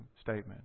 statement